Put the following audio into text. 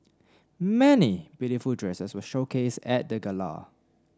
many beautiful dresses were showcased at the gala